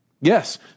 Yes